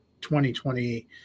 2020